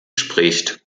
spricht